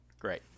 Great